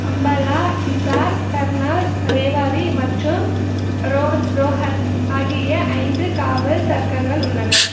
அம்பாலா ஹிசார் கர்னால் ரேவாரி மற்றும் ரோஹத் ரோஹத் ஆகிய ஐந்து காவல் சர்கங்கள் உள்ளன